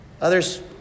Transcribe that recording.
Others